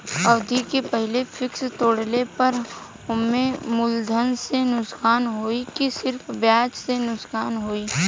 अवधि के पहिले फिक्स तोड़ले पर हम्मे मुलधन से नुकसान होयी की सिर्फ ब्याज से नुकसान होयी?